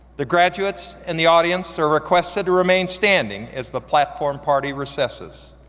the graduates and the audience are requested to remain standing as the platform party recesses.